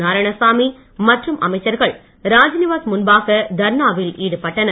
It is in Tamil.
நாராயணசாமி மற்றும் அமைச்சர்கள் ராஜ்நிவாஸ் முன்பாக தர்ணாவில் ஈடுபட்டனர்